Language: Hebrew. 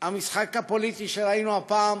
המשחק הפוליטי שראינו הפעם